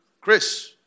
Chris